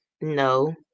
no